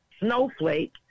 snowflake